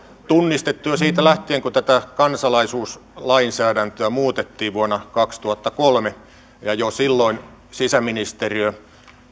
tunnistettu jo siitä lähtien kun tätä kansalaisuuslainsäädäntöä muutettiin vuonna kaksituhattakolme jo silloin sisäministeriö